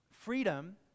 freedom